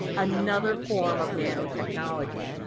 another form of nanotechnology.